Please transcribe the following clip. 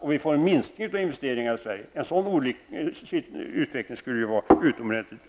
En utveckling med minskade investeringar i Sverige skulle vara oerhört olycklig.